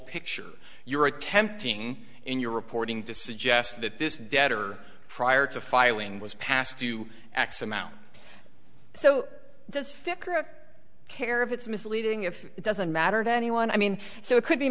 picture you're attempting in your reporting to suggest that this debtor prior to filing was passed do x amount so this figure of care if it's misleading if it doesn't matter to anyone i mean so it could be